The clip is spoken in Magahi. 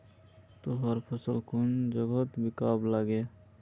तैयार फसल कुन जगहत बिकवा लगे?